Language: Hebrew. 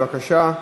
בבקשה,